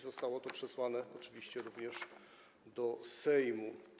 Zostało to przesłane oczywiście również do Sejmu.